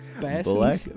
Black